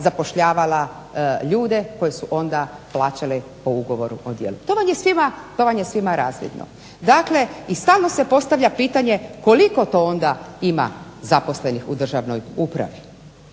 zapošljavala ljude koje su onda plaćali ugovorom o djelu. To vam je svima razvidno. Dakle i stalno se postavlja pitanje koliko to onda ima zaposlenih u državnoj upravi.